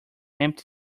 empty